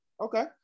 Okay